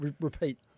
repeat